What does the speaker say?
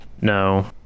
No